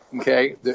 okay